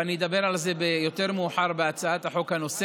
ואני אדבר על זה מאוחר יותר בהצעת החוק הנוספת,